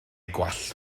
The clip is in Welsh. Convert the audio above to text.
gwallt